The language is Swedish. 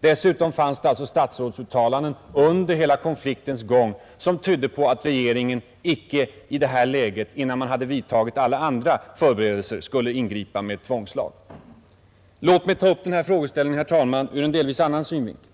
Dessutom gjordes statsrådsuttalanden under hela konfliktens gång som tydde på att regeringen icke i det läget, innan man hade vidtagit alla andra förberedelser, skulle ingripa med en tvångslag. Låt mig ta upp den här frågeställningen, herr talman, ur en delvis annan synvinkel.